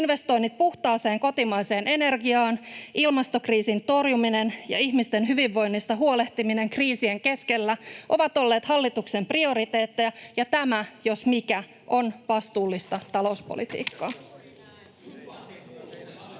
Investoinnit puhtaaseen kotimaiseen energiaan, ilmastokriisin torjuminen ja ihmisten hyvinvoinnista huolehtiminen kriisien keskellä ovat olleet hallituksen prioriteetteja, ja tämä jos mikä on vastuullista talouspolitiikkaa.